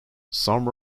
some